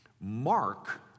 Mark